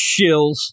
Shills